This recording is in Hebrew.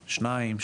שניים,